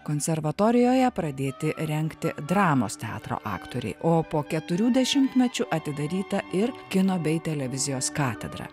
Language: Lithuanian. konservatorijoje pradėti rengti dramos teatro aktoriai o po keturių dešimtmečių atidaryta ir kino bei televizijos katedra